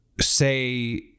say